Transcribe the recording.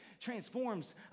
transforms